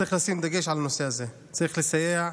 צריך לשים דגש על הנושא הזה, צריך לסייע.